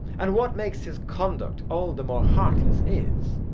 and what makes his conduct all the more heartless is,